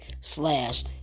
Slash